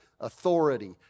authority